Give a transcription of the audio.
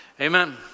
Amen